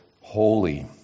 holy